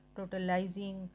totalizing